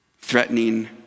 threatening